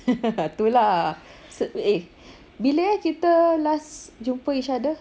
tu lah eh bila eh kita last jumpa each other